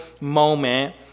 moment